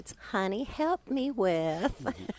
honey-help-me-with